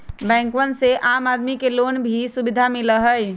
बैंकवन से आम आदमी के लोन के भी सुविधा मिला हई